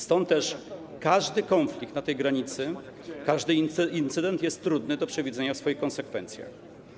Stąd też każdy konflikt na tej granicy, każdy incydent jest trudny do przewidzenia w swoich konsekwencjach.